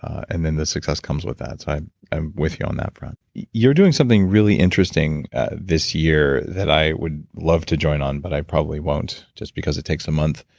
and then the success comes with that. i'm i'm with you on that front you're doing something really interesting this year that i would love to join on, but i probably won't, just because it takes a month.